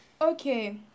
okay